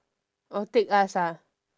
oh take us ah